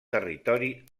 territori